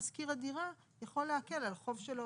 משכיר הדירה יכול לעקל על החוב שלו,